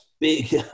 big